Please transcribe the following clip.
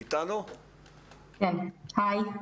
היי.